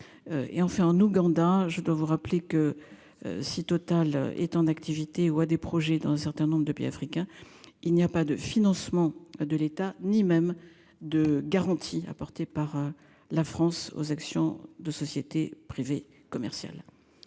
Et en fait en Ouganda. Je dois vous rappeler que. Si Total est en activité ou à des projets dans un certain nombre de pays africains. Il n'y a pas de financement de l'État, ni même de garanties apportées par la France aux actions de sociétés privées commerciales.